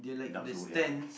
doubt so ya